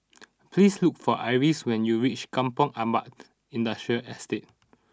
please look for Iris when you reach Kampong Ampat Industrial Estate